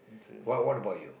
what what about you